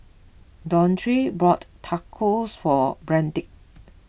Dondre bought Tacos for Brandt